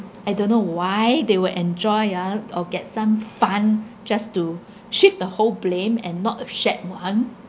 I don't know why they will enjoy ah or get some fun just to shift the whole blame and not a shared one